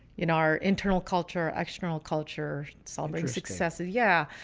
in our internal culture, external culture, celebrate successes, yeah.